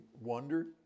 wonder